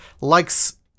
likes